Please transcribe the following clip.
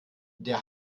der